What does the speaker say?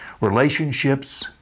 Relationships